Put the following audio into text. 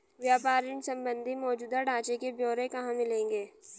व्यापार ऋण संबंधी मौजूदा ढांचे के ब्यौरे कहाँ मिलेंगे?